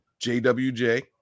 JWJ